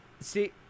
See